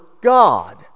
God